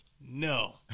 No